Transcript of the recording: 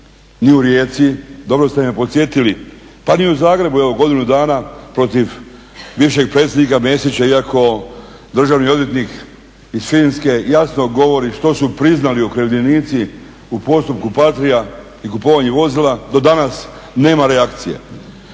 ni u Rijeci, dobro ste me podsjetili pa ni u Zagrebu godinu dana protiv bivšeg predsjednika Mesića iako državni odvjetnik iz Finske jasno govori što su priznali okrivljenici u postupku … i kupovanju vozila, do danas nema reakcije.